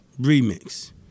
Remix